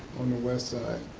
on the west side.